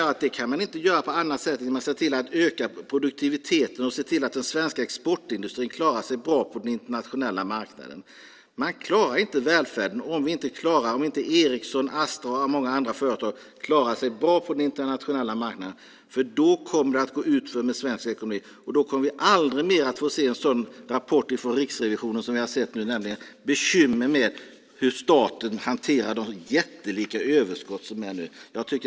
Jag menar att man inte kan göra det på annat sätt än genom att se till att öka produktiviteten och se till att den svenska exportindustrin klarar sig bra på den internationella marknaden. Man klarar inte välfärden om inte Ericsson, Astra och många andra företag klarar sig bra på den internationella marknaden för då kommer det att gå utför med svensk ekonomi. Då kommer vi aldrig mer att få se en sådan rapport från Riksrevisionen som vi har sett nu, nämligen där man har bekymmer för hur staten hanterar de jättelika överskott som finns.